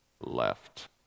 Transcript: left